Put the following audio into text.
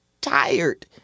tired